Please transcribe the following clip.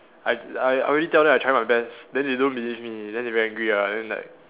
I I already tell them I tried my best then they don't believe me then they very angry ah and like